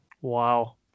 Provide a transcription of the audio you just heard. Wow